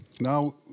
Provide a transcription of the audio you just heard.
Now